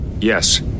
Yes